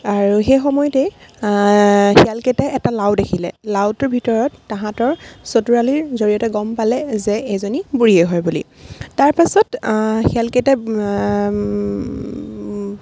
আৰু সেই সময়তেই শিয়ালকেইটাই এটা লাও দেখিলে লাওটোৰ ভিতৰত তাহাঁতৰ চতুৰালিৰ জৰিয়তে গম পালে যে এইজনী বুঢ়ীয়ে হয় বুলি তাৰপাছত শিয়ালকেইটাই